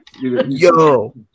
Yo